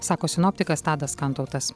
sako sinoptikas tadas kantautas